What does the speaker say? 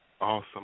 Awesome